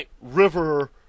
River